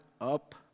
up